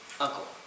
uncle